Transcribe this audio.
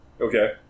Okay